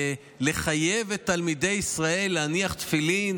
לחייב את תלמידי ישראל להניח תפילין,